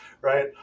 right